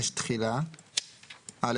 5. תחילה.